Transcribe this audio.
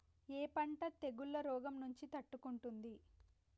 ఏ పంట తెగుళ్ల రోగం నుంచి తట్టుకుంటుంది?